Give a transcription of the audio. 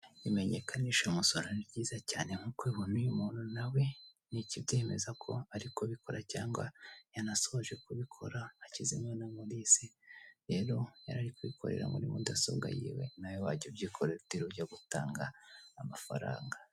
Imenyekanishamusoro ni ryiza cyane nkuko ubibona uyu muntu nawe ni ikibyemeza ko ari kubikora cyangwa yanasoje kubikora hHakizimana Maurice, rero yari kubikorera muri mudasobwa yiwe, nawe wajya ubyikora utiriwe ujya gutanga amafaranga.